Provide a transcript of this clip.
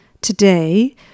today